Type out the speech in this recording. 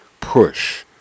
push